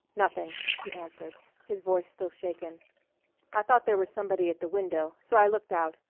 nothing, he answered, his voice still shaken i thought there was somebody at the window, so i looked out,